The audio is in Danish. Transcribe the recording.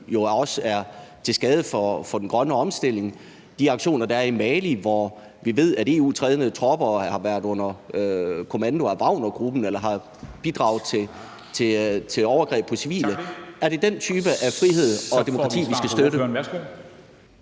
også er til skade for den grønne omstilling, eller de aktioner, der er i Mali, hvor vi ved at EU-trænede tropper har været under kommando af Wagnergruppen eller har bidraget til overgreb på civile. Er det den type af frihed og demokrati, vi skal støtte?